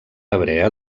hebrea